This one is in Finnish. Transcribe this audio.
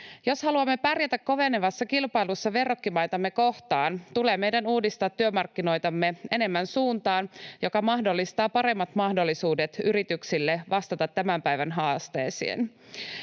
Jos haluamme pärjätä kovenevassa kilpailussa verrokkimaitamme kohtaan, tulee meidän uudistaa työmarkkinoitamme enemmän suuntaan, joka mahdollistaa paremmat mahdollisuudet yrityksille vastata tämän päivän haasteisiin.